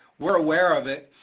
we're aware of it,